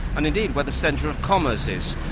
and indeed where the centre of commerce is.